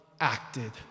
acted